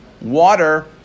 water